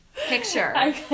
picture